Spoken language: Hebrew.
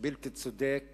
בלתי צודק